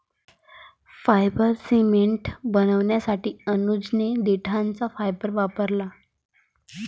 fibre cement बनवण्यासाठी अनुजने देठाचा फायबर वापरला